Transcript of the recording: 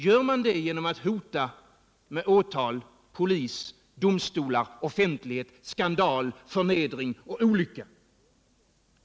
Gör man det genom att hota med åtal, polis, domstolar, offentlighet, skandal, förnedring och olycka?